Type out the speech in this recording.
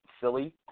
silly